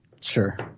Sure